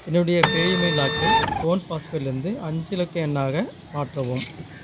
என்னுடைய பேயூமனி லாக்கை ஃபோன் பாஸ்வேர்டிலிருந்து அஞ்சு இலக்க எண்ணாக மாற்றவும்